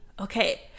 okay